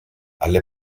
alle